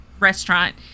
restaurant